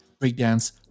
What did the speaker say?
breakdance